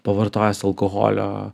pavartojęs alkoholio